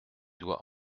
doit